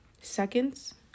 Seconds